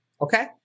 Okay